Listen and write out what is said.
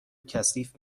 کثیف